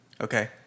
okay